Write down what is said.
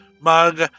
mug